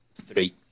Three